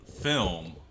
film